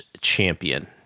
champion